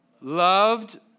loved